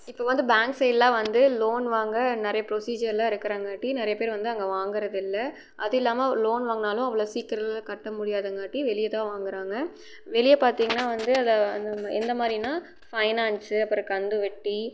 இப்போ வந்து பேங்க் சைட்டெலாம் வந்து லோன் வாங்க நிறைய ப்ரொசீஜரெலாம் இருக்கிறங்காட்டி நிறைய பேர் வந்து அங்கே வாங்கிறதில்ல அதுவும் இல்லாமல் லோன் வாங்கினாலும் அவ்வளோ சீக்கிரமெல்லாம் கட்ட முடியாதங்காட்டி வெளியேதான் வாங்கிகறாங்க வெளியே பார்த்தீங்கன்னா வந்து அதை எந்த மாதிரின்னா ஃபைனான்ஸு அப்புறம் கந்துவட்டி